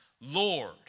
Lord